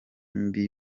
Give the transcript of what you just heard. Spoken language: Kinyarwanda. mbi